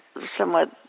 somewhat